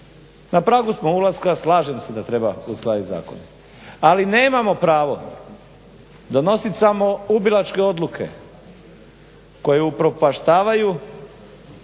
Na pragu smo ulaska, slažem se da treba uskladiti zakone, ali nemamo pravo donositi samoubilačke odluke koje upropaštavaju